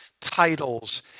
titles